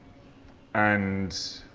and,